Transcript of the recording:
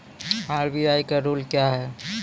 RBI का rule क्या हैं?